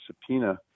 subpoena